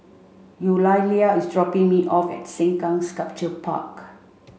Eulalia is dropping me off at Sengkang Sculpture Park